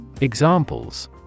Examples